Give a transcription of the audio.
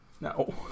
no